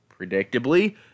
Predictably